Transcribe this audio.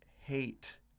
hate